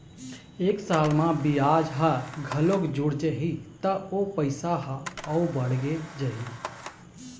एक साल म बियाज ह घलोक जुड़ जाही त ओ पइसा ह अउ बाड़गे जाही